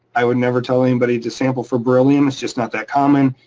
i would never tell anybody to sample for beryllium. it's just not that common.